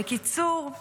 בקיצור,